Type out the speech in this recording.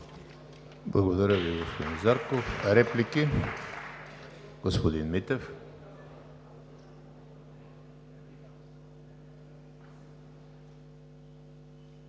Благодаря Ви, господин Зарков. Реплики? Господин Митев.